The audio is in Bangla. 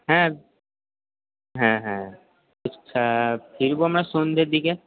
হ্যাঁ হ্যাঁ হ্যাঁ হ্যাঁ ফিরব আমরা সন্ধ্যের দিকে